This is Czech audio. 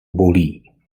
bolí